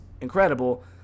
incredible